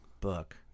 book